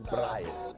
Brian